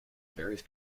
various